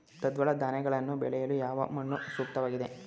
ದ್ವಿದಳ ಧಾನ್ಯಗಳನ್ನು ಬೆಳೆಯಲು ಯಾವ ಮಣ್ಣು ಸೂಕ್ತವಾಗಿದೆ?